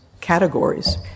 categories